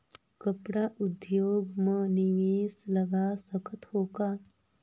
कपड़ा उद्योग म निवेश लगा सकत हो का?